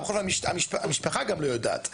והמשפחה גם לא יודעת,